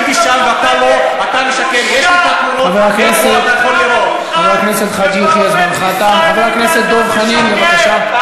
חבר הכנסת דב חנין, אתה